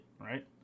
right